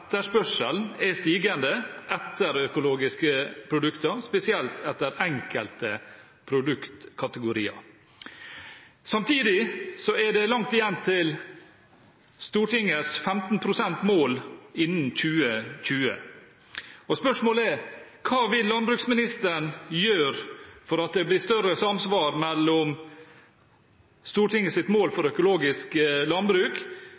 økologiske produkter er stigende, spesielt etter enkelte produktkategorier. Samtidig er det langt igjen til Stortingets 15 pst.-mål innen 2020. Spørsmålet er: Hva vil landbruksministeren gjøre for at det blir større samsvar mellom Stortingets mål for økologisk landbruk